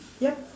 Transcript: yup